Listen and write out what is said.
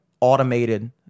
automated